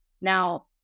Now